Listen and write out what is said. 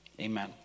amen